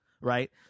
Right